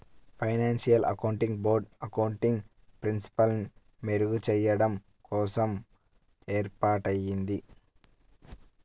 financial accounting board accounting ప్రిన్సిపల్స్ని మెరుగుచెయ్యడం కోసం ఏర్పాటయ్యింది